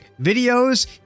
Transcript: videos